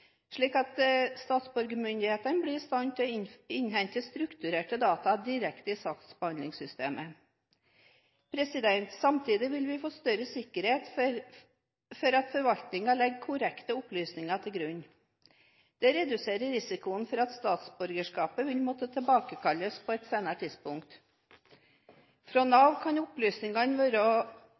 slik at statsborgermyndighetene blir i stand til å innhente strukturerte data, direkte i saksbehandlingssystemet. Samtidig vil vi få større sikkerhet for at forvaltningen legger korrekte opplysninger til grunn. Det reduserer risikoen for at statsborgerskapet vil måtte tilbakekalles på et senere tidspunkt. Fra Nav kan opplysninger om arbeidsforhold, trygd og sosialstønad være